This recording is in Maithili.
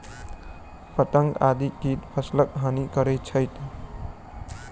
पतंगा आदि कीट फसिलक हानि कय सकै छै